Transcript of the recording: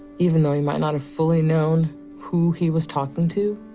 even though he might not have fully known who he was talking to.